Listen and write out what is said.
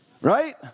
Right